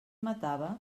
matava